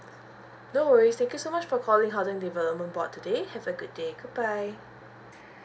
no worries thank you so much for calling housing development board today have a good day goodbye